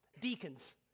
deacons